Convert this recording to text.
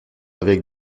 avec